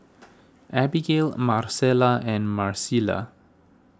Abigail Marcela and Marisela